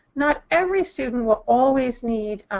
not every student will always need